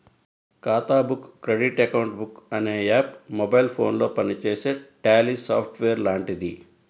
ఖాతా book credit account book అనే app mobile ఫోనులో పనిచేసే ట్యాలీ సాఫ్ట్ వేర్ లాంటిది